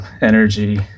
energy